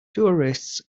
tourists